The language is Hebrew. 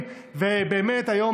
ובאמת היום,